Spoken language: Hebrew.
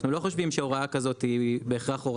אנחנו לא חושבים שהוראה כזאת היא בהכרח,